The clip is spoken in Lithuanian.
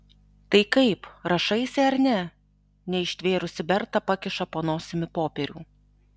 tai kaip rašaisi ar ne neištvėrusi berta pakiša po nosimi popierių